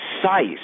precise